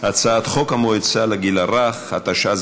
הצעת חוק המועצה לגיל הרך, התשע"ז